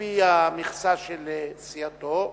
על-פי המכסה של סיעתו.